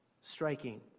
striking